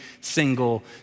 single